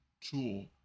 tool